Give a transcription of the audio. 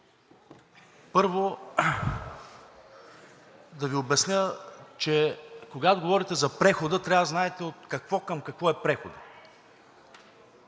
Първо, да Ви обясня, че когато говорите за прехода, трябва да знаете от какво към какво е преходът.